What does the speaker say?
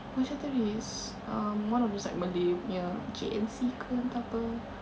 bukan Chateraise um one of those like malay punya J&C ke entah apa